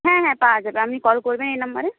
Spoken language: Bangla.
হ্যাঁ হ্যাঁ পাওয়া যাবে আপনি কল করবেন এই নাম্বারে